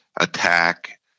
attack